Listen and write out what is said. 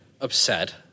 upset